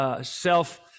self-